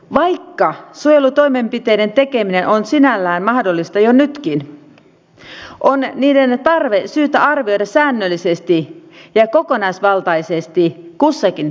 vaikka suojelutoimenpiteiden tekeminen on sinällään mahdollista jo nytkin on niiden tarve syytä arvioida säännöllisesti ja kokonaisvaltaisesti kussakin tapauksessa